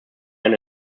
ein